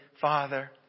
father